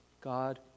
God